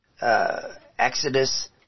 exodus